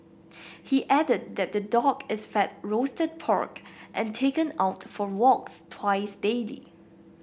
he added that the dog is fed roasted pork and taken out for walks twice daily